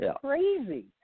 crazy